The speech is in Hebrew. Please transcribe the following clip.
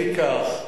לפיכך,